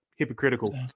hypocritical